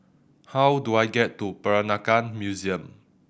how do I get to Peranakan Museum